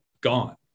gone